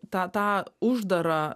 tą tą uždarą